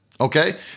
okay